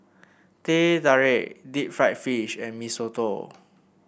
Teh Tarik Deep Fried Fish and Mee Soto